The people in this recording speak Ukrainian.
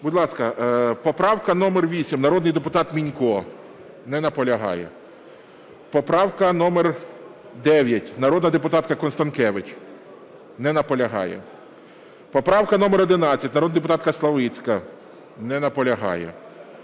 Будь ласка, поправка номер 8, народний депутат Мінько. Не наполягає. Поправка номер 9, народна депутатка Констанкевич. Не наполягає. Поправка номер 11, народна депутатка Славицька. Не наполягає.